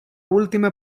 última